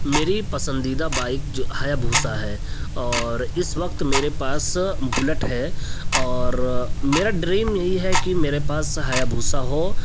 میری پسندیدہ بائک جو ہیابھوسا ہے اور اس وقت میرے پاس بلٹ ہے اور میرا ڈریم یہی ہے کہ میرے پاس ہیابھوسا ہو